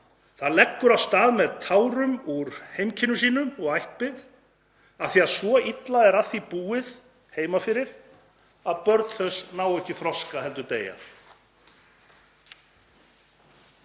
það leggur á stað með tárum úr heimkynnum sínum og ættbygð af því svo illa er að því búið heimafyrir að börn þess ná ekki þroska heldur deya.“